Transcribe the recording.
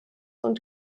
und